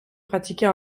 pratiquée